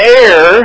air